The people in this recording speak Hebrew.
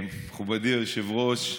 מכובדי היושב-ראש,